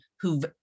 who've